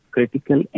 Critical